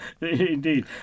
indeed